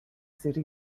city